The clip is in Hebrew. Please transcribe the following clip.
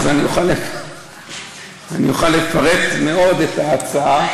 אז אוכל לפרט מאוד את ההצעה.